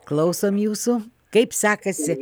klausom jūsų kaip sekasi